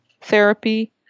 therapy